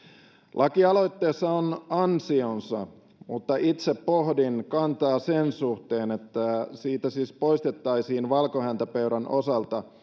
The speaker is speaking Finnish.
lakialoitteessa on ansionsa mutta itse pohdin kantaa sen suhteen että siitä siis poistettaisiin valkohäntäpeuran osalta